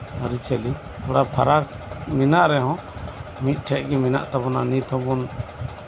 ᱟ ᱨᱤᱪᱟᱞᱤ ᱛᱷᱚᱲᱟ ᱯᱷᱟᱨᱟᱠ ᱢᱮᱱᱟᱜ ᱨᱮᱦᱚᱸ ᱢᱤᱫᱴᱷᱮᱱ ᱜᱮ ᱢᱚᱱᱟᱜ ᱛᱟᱵᱚᱱᱟ ᱱᱤᱛ ᱦᱚᱸᱵᱚᱱ